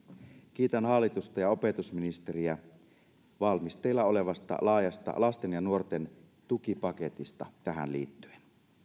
kiitän hallitusta ja opetusministeriä valmisteilla olevasta laajasta lasten ja nuorten tukipaketista tähän liittyen